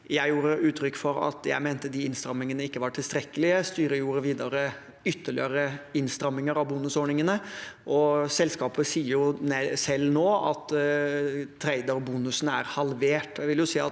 Jeg ga uttrykk for at jeg mente de innstramningene ikke var tilstrekkelige. Styret gjorde videre ytterligere innstramninger av bonusordningene, og selskapet sier selv nå at traderbonusene er halvert.